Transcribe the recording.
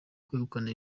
kwegukana